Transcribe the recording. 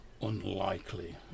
unlikely